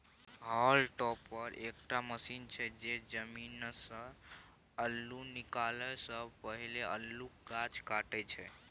hall topper एकटा machine छै जे जमीनसँ अल्लु निकालै सँ पहिने अल्लुक गाछ काटय छै